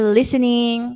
listening